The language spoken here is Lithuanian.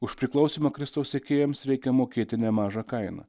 už priklausymą kristaus sekėjams reikia mokėti nemažą kainą